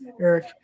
Eric